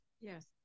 Yes